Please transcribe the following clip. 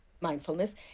mindfulness